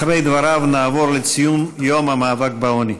אחרי דבריו נעבור לציון יום המאבק בעוני.